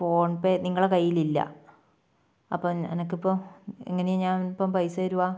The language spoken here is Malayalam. ഫോൺപെ നിങ്ങളെ കയ്യിൽ ഇല്ല അപ്പോൾ എനിക്കിപ്പോൾ എങ്ങനെയാ ഞാൻ ഇപ്പം പൈസ തരുക